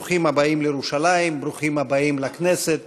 ברוכים הבאים לירושלים, ברוכים הבאים לכנסת.